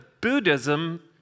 Buddhism